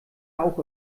auch